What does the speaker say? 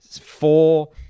four